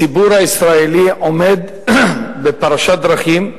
הציבור הישראלי עומד בפרשת דרכים,